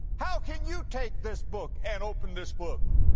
how can you take this book and open this book?